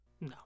No